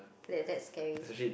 ya that's scary